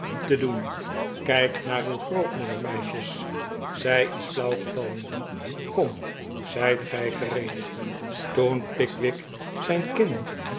te doen kijk naar uw grootmoeder meisjes zij is flauw gevallen kom zijt gij gereed toen pickwick zijn kin